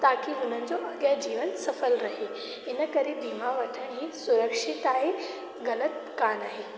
ताकी हुनजो अगियां जीवन सफल रहे हिन करे बीमा वठण ही सुरक्षित आहे ग़लति कान आहे